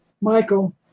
Michael